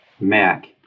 Mac